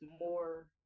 more